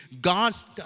God's